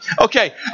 Okay